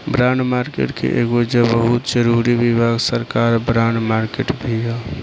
bond market के एगो बहुत जरूरी विभाग सरकार बॉन्ड मार्केट भी ह